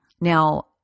Now